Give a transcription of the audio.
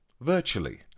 virtually